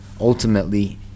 ultimately